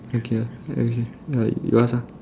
okay ya okay you ask ah